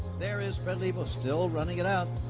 there is fred lebow still running it out.